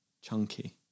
Chunky